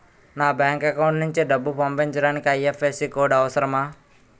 నా bank account నుంచి డబ్బు పంపించడానికి ఐ.ఎఫ్.ఎస్.సి కోడ్ అవసరమా?